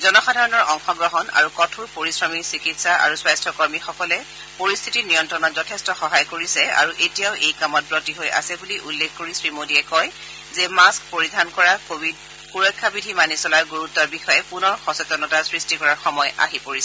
জনসাধাৰণৰ অংশগ্ৰহণ আৰু কঠোৰ পৰিশ্ৰমী চিকিৎস আৰু স্বাস্থ্য কৰ্মীসকলে পৰিস্থিতি নিয়ন্ত্ৰণক যথেষ্ট সহায় কৰিছে আৰু এতিয়াও এই কামত ৱতী হৈ আছে বুলি উল্লেখ কৰি শ্ৰী মোদীয়ে কয় যে মাস্ক পৰিধান কৰা কোৱিড সুৰক্ষা বিধি মানি চলাৰ গুৰুত্বৰ বিষয়ে পূনৰ সচেতনতা সৃষ্টি কৰাৰ সময় আহি পৰিছে